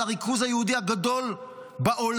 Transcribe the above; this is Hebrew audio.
על הריכוז היהודי הגדול בעולם,